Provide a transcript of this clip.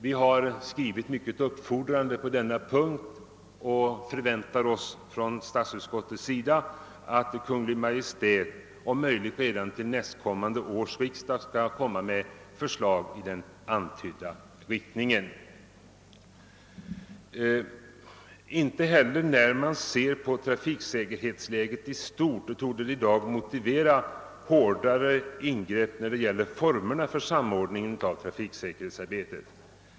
Vi har skrivit mycket uppfordrande på denna punkt, och statsutskottet förväntar att Kungl. Maj:t om möjligt redan till nästkommande års riksdag framlägger förslag i den antydda riktningen. Inte heller när det gäller trafiksäkerhetsläget i stort torde det i dag vara motiverat med hårdare ingrepp i formerna för samordningen av trafiksäkerhetsarbetet.